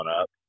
up